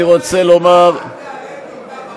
אני רוצה לומר, אל תיעלב כל כך הרבה